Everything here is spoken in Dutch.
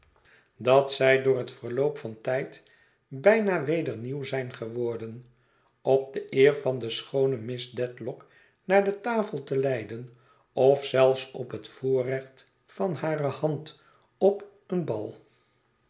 dat zij door het verloop van tijd bijna weder nieuw zijn geworden op de eer van de schoone miss dedlock naar de tafel te leiden of zelfs op het voorrecht van hare hand op een bal